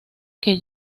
que